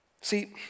See